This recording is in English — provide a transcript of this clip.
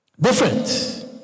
Different